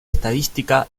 estadística